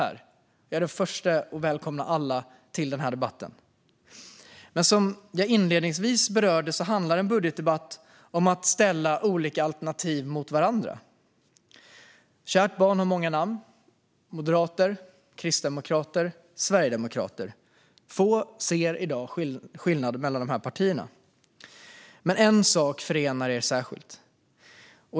Jag är den förste att välkomna alla till den debatten. Men som jag inledningsvis berörde handlar en budgetdebatt om att ställa olika alternativ mot varandra. Kärt barn har många namn: Moderaterna, Kristdemokraterna eller Sverigedemokraterna. Få ser i dag skillnad mellan de partierna. Men en sak förenar er särskilt.